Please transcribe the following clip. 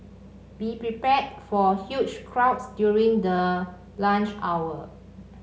be prepared for huge crowds during the lunch hour